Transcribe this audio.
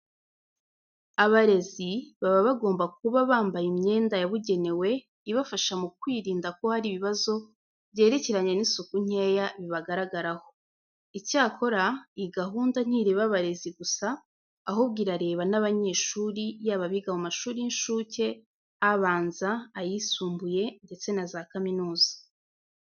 Abarezi baba bagomba kuba bambaye imyenda yabugenewe ibafasha mu kwirinda ko hari ibibazo byerekeranye n'isuku nkeya bibagaragaraho. Icyakora, iyi gahunda ntireba abarezi gusa ahubwo irareba n'abanyeshuri yaba abiga mu mashuri y'incuke, abanza, ayisumbuye ndetse na za kaminuza.